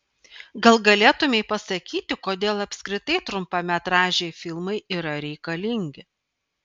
gal galėtumei pasakyti kodėl apskritai trumpametražiai filmai yra reikalingi